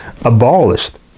abolished